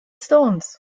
stones